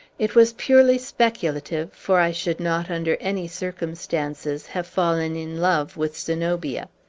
it was purely speculative, for i should not, under any circumstances, have fallen in love with zenobia.